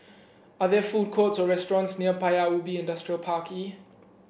are there food courts or restaurants near Paya Ubi Industrial Park E